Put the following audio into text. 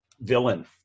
villain